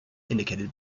indicated